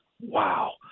Wow